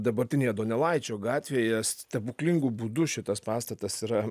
dabartinėje donelaičio gatvėje stebuklingu būdu šitas pastatas yra